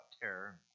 terror